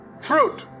fruit